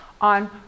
on